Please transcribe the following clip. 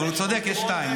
אבל הוא צודק, יש שתיים.